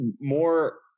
more